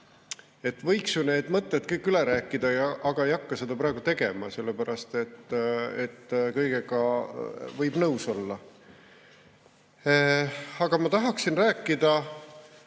Võiks ju need mõtted kõik üle rääkida, aga ei hakka seda praegu tegema, sellepärast et kõigega võib nõus olla. Aga ma tahaksin rääkida